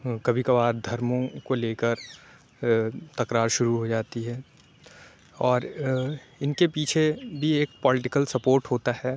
کبھی کبھار دھرموں کو لے کر تکرار شروع ہو جاتی ہے اور اِن کے پیچھے بھی ایک پولیٹکل سپورٹ ہوتا ہے